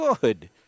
good